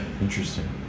interesting